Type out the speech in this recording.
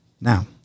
Now